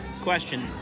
question